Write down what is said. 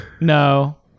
No